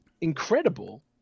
incredible